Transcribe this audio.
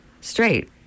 straight